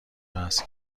وصل